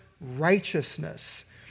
righteousness